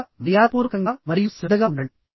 మొదటమర్యాదపూర్వకంగా మరియు శ్రద్ధగా ఉండండి